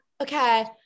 okay